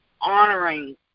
honoring